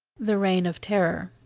the reign of terror.